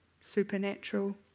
supernatural